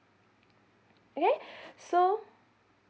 okay so